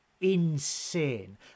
insane